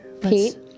Pete